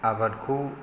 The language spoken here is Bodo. आबादखौ